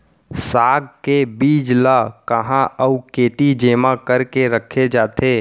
साग के बीज ला कहाँ अऊ केती जेमा करके रखे जाथे?